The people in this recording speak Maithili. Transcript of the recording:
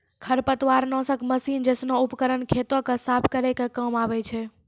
खरपतवार नासक मसीन जैसनो उपकरन खेतो क साफ करै के काम आवै छै